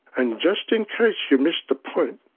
and just in case you missed the point,